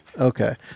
Okay